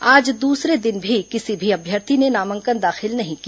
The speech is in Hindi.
आज दूसरे दिन भी किसी भी अभ्यर्थी ने नामांकन दाखिल नहीं किया